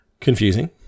confusing